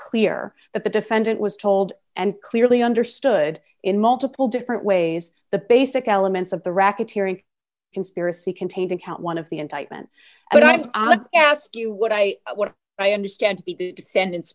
clear that the defendant was told and clearly understood in multiple different ways the basic elements of the racketeering conspiracy contained in count one of the indictment and i've asked you what i what i understand